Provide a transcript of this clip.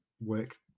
work